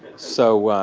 so